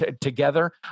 together